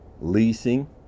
leasing